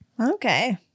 Okay